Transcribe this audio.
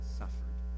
suffered